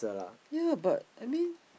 yea but I mean